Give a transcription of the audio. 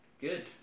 good